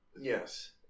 Yes